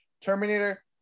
Terminator